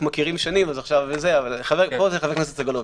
חבר הכנסת סגלוביץ',